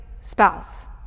spouse